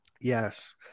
Yes